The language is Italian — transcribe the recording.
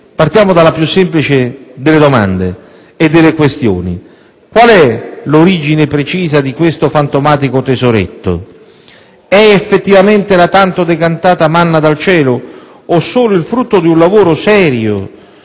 partiamo della più semplice delle domande e delle questioni: qual è l'origine precisa di questo fantomatico tesoretto? È effettivamente la tanto decantata manna dal cielo o solo frutto di un lavoro serio,